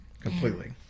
completely